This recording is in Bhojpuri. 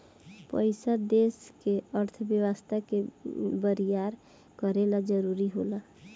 पइसा देश के अर्थव्यवस्था के बरियार करे ला जरुरी होला